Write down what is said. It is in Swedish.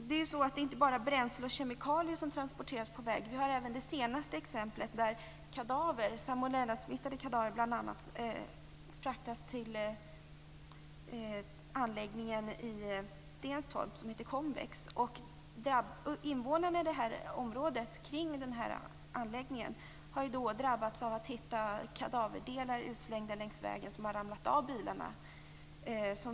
Det är inte bara bränsle och kemikalier som transporteras på väg, utan det senaste exemplet är att kadaver, bl.a. salmonellasmittade kadaver, fraktas till anläggningen i Stenstorp, som heter Konvex. Invånarna i området kring anläggningen har drabbats på det sättet att de har hittat kadaverdelar längs vägen som har ramlat av bilarna.